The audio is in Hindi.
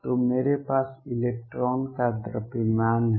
तो मेरे पास इलेक्ट्रॉन का द्रव्यमान है